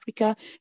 Africa